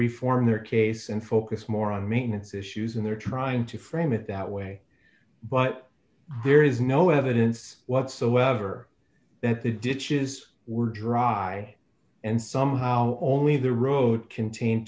reform their case and focus more on maintenance issues and they're trying to frame it that way but there is no evidence whatsoever that the ditches were dry and somehow only the road contain